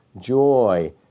Joy